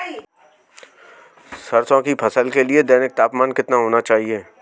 सरसों की फसल के लिए दैनिक तापमान कितना होना चाहिए?